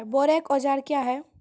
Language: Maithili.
बोरेक औजार क्या हैं?